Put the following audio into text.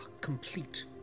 complete